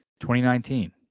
2019